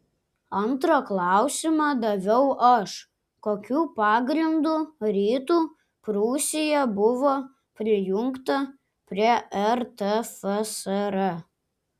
antrą klausimą daviau aš kokiu pagrindu rytų prūsija buvo prijungta prie rtfsr